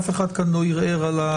אף כאן לא ערער על זה.